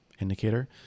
indicator